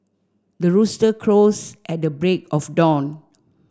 the rooster crows at the break of dawn